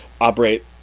operate